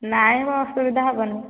ନାଇଁ ମୋ ଅସୁବିଧା ହେବନି